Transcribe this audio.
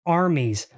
armies